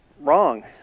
Wrong